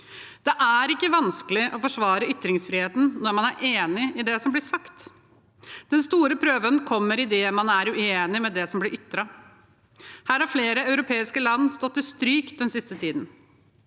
Det er ikke vanskelig å forsvare ytringsfriheten når man er enig i det som blir sagt. Den store prøven kommer idet man er uenig med det som blir ytret. Her har flere europeiske land stått til stryk den siste tiden.